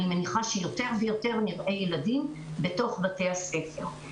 אני מניחה שיותר ויותר נראה ילדים בתוך בתי הספר.